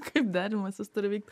kaip derinimasis turi vykt